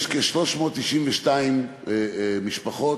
יש כ-392 משפחות,